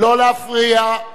לא להפריע.